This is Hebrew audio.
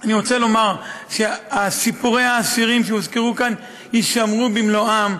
אני רוצה לומר שסיפורי האסירים שהוזכרו כאן יישמרו במלואם.